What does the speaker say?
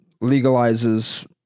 legalizes